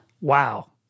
Wow